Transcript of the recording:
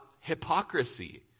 hypocrisy